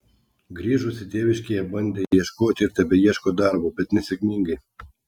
grįžusi tėviškėje bandė ieškoti ir tebeieško darbo bet nesėkmingai